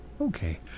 Okay